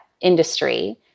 industry